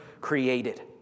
created